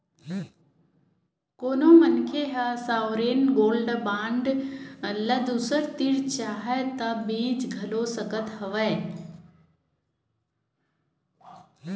कोनो मनखे ह सॉवरेन गोल्ड बांड ल दूसर तीर चाहय ता बेंच घलो सकत हवय